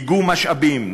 איגום משאבים,